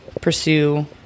pursue